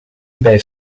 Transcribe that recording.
ebay